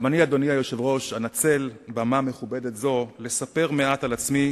גם אני אנצל במה מכובדת זו לספר מעט על עצמי